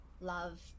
love